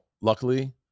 luckily